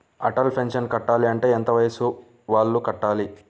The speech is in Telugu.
అటల్ పెన్షన్ కట్టాలి అంటే ఎంత వయసు వాళ్ళు కట్టాలి?